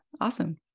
Awesome